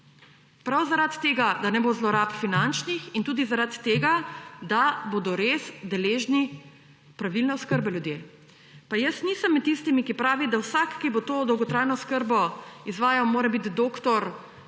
Prav zaradi tega, da ne bo finančnih zlorab, in tudi zaradi tega, da bodo res deležni pravilne oskrbe ljudje. Pa jaz nisem med tistimi, ki pravi, da vsak, ki bo to dolgotrajno oskrbo izvajal, mora biti doktor